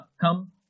Come